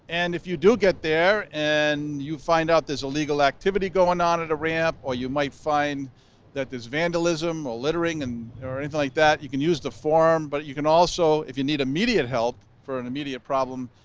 and if you do get there, and you find out there's illegal activity going on at a ramp, or you might find that there's vandalism or littering and or anything like, you can use the forum, but you can also, if you need immediate help for an immediate problem,